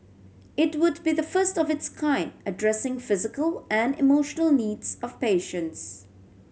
it would be the first of its kind addressing physical and emotional needs of patients